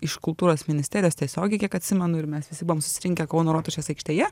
iš kultūros ministerijos tiesiogiai kiek atsimenu ir mes visi buvom susirinkę kauno rotušės aikštėje